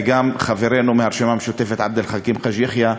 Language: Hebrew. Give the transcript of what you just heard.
וגם חברנו מהרשימה המשותפת עבד אל חכים חאג' יחיא,